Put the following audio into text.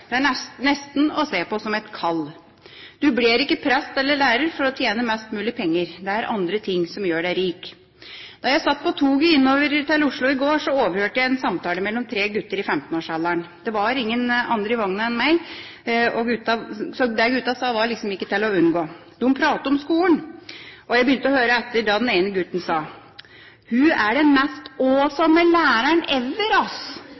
Det er nesten å se på som et kall. Du blir ikke prest eller lærer for å tjene mest mulig penger. Det er andre ting som gjør deg rik. Da jeg satt på toget innover til Oslo i går, overhørte jeg en samtale mellom tre gutter i 15-årsalderen. Det var ingen andre i vogna enn meg, og det guttene sa, var ikke til å unngå å høre. De snakket om skole, og jeg begynte å høre etter da den ene gutten sa: «Hun er den mest awesome læreren ever,